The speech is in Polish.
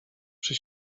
przy